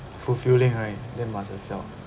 fulfilling right that must have felt